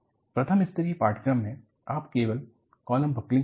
प्रथम स्तरीय पाठ्यक्रम में आप केवल कॉलम बकलिंग करते हैं